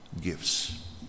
gifts